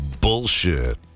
bullshit